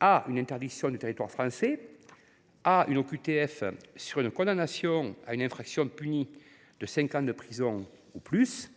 à une interdiction du territoire français ou à une OQTF fondée sur une condamnation à une infraction punie de cinq ans de prison ou plus